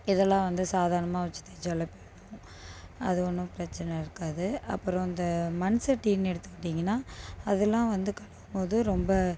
இதெல்லாம் வந்து சாதாரணமாக வச்சி தேச்சால் போயிடும் அது ஒன்றும் பிரச்சனை இருக்காது அப்புறம் இந்த மண் சட்டின்னு எடுத்துக்கிட்டீங்கன்னால் அதலாம் வந்து கழுவும்போது ரொம்ப